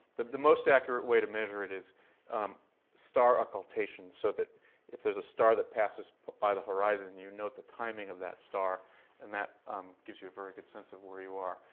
the the most accurate way to measure it is star occultation. so that if there's a star that passes but by the horizon, and you note the timing of that star and that gives you a very good sense of where you are.